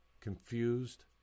confused